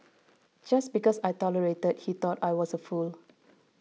just because I tolerated he thought I was a fool